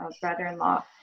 brother-in-law